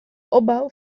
opbouw